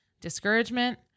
discouragement